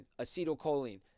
acetylcholine